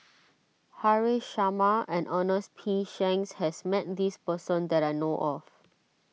Haresh Sharma and Ernest P Shanks has met this person that I know of